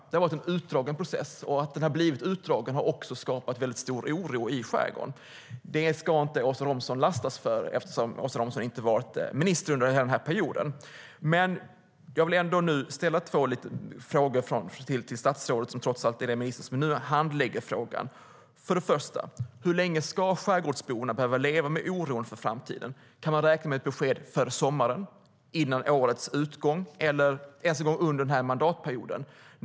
Det har varit en utdragen process som också har skapat stor oro i skärgården. Det ska Åsa Romson inte lastas för eftersom hon inte har varit minister under hela perioden. Låt mig ändå ställa några frågor till ministern som ju trots allt är den som nu handlägger frågan. För det första: Hur länge ska skärgårdsborna behöva leva med oron för framtiden? Kan de räkna med ett besked före sommaren, före årets utgång eller ens under denna mandatperiod?